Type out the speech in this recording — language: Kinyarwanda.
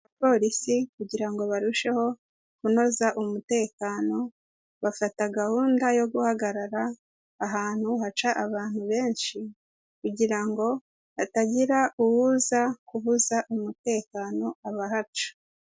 Abapolisi kugira ngo barusheho kunoza umutekano, bafata gahunda yo guhagarara ahantu haca abantu benshi, kugira ngo hatagira uza kubuza umutekano abahaca.